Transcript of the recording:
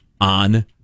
on